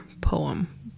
poem